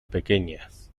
pequeñas